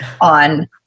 on